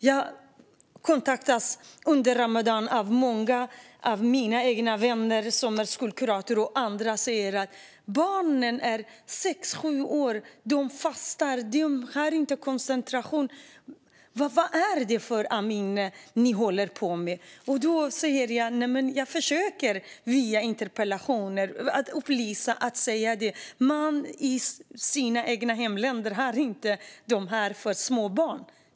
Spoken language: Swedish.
Jag kontaktas under ramadan av många av mina vänner som är skolkuratorer och annat, och de säger att barnen som är sex sju år fastar och inte kan koncentrera sig. De frågar: Vad är det ni håller på med, Amineh? Då säger jag att jag via interpellationer försöker upplysa om detta. I sina egna hemländer har de inte de här reglerna för små barn.